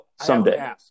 someday